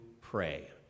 pray